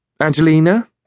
Angelina